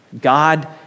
God